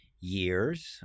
years